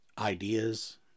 ideas